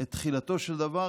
את תחילתו של דבר,